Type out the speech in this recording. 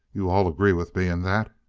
you all agree with me in that?